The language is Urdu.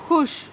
خوش